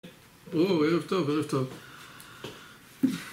או, ערב טוב, ערב טוב